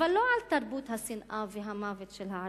אבל לא על תרבות השנאה והמוות של הערבים,